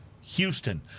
Houston